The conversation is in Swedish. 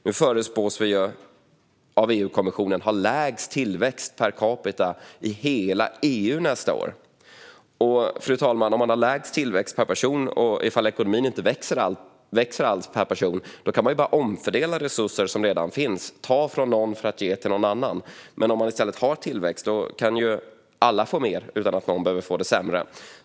Nu förutspår EU-kommissionen att vi ska få lägst tillväxt per capita i hela EU nästa år. Om man har lägst tillväxt per person, fru talman, och om ekonomin per person inte växer alls kan man ju bara omfördela resurser som redan finns och ta från någon för att ge till någon annan. Om man i stället har tillväxt kan ju alla få mer utan att någon behöver få det sämre.